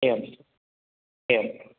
एवम् एवम्